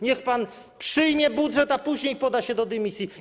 Niech pan przyjmie budżet, a później poda się do dymisji.